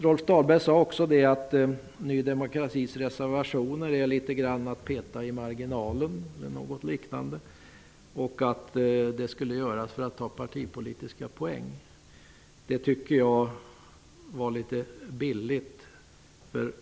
Rolf Dahlberg sade också ungefär att Ny demokratis reservationer är litet grand att peta i marginalen och att det handlar om att ta partipolitiska poäng. Jag tycker att det resonemanget är ganska billigt.